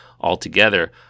altogether